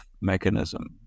mechanism